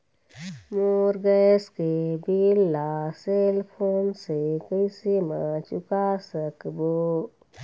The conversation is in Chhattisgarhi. मोर गैस के बिल ला सेल फोन से कैसे म चुका सकबो?